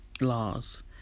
laws